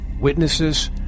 witnesses